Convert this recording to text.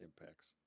impacts